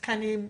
תקנים,